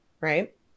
right